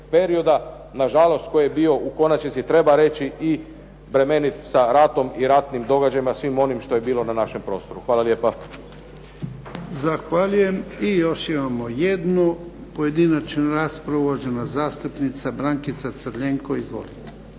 perioda nažalost koji je bio, u konačnici treba reći, i bremenit sa ratom i ratnim događajima, svim onim što je bilo na našem prostoru. Hvala lijepa. **Jarnjak, Ivan (HDZ)** Zahvaljujem. I još imamo jednu pojedinačnu raspravu, uvažena zastupnica Brankica Crljenko. Izvolite.